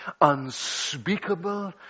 unspeakable